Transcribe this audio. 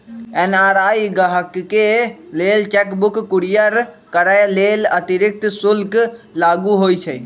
NRI गाहकके लेल cheque book courier करय लेल अतिरिक्त शुल्क लागू होइ छइ